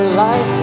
light